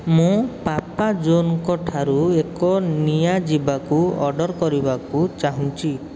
ମୁଁ ପାପା ଜୋନ୍ଙ୍କ ଠାରୁ ଏକ ନିଆଯିବାକୁ ଅର୍ଡର୍ କରିବାକୁ ଚାହୁଁଛି